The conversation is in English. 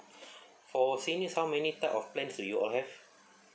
for seniors how many types of plans do you all have